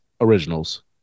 originals